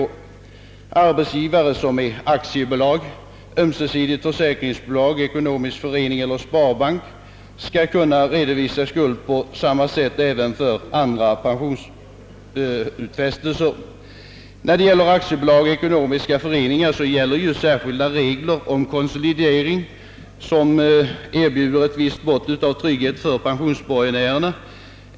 Arbetsgivare som är aktiebolag, ömsesidigt försäkringsbolag, ekonomisk förening eller sparbank skall kunna redovisa skuld på samma sätt även för andra pensionsutfästelser. föreningar gäller ju särskilda regler om konsolidering, som erbjuder ett visst mått av trygghet för pensionsborgenärerna.